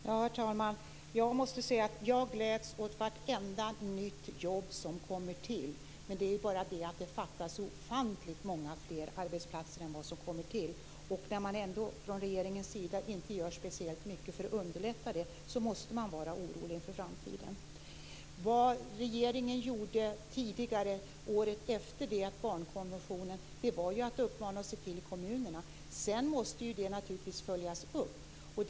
Herr talman! Jag måste säga att jag gläds åt vartenda nytt jobb som kommer till, men det är bara det att det fattas så ofantligt många fler arbetstillfällen än vad som kommer till. När regeringen ändå inte gör speciellt mycket för att förbättra situationen måste man vara orolig inför framtiden. Vad regeringen gjorde tidigare, året efter det att barnkonventionen antogs, var att rikta uppmaningar till kommunerna om att följa barnkonventionen. Sedan måste det naturligtvis göras en uppföljning.